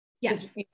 Yes